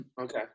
okay